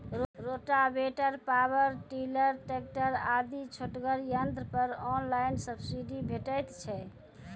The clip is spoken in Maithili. रोटावेटर, पावर टिलर, ट्रेकटर आदि छोटगर यंत्र पर ऑनलाइन सब्सिडी भेटैत छै?